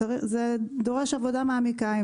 זה דורש עבודה מעמיקה.